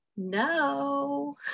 No